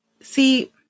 See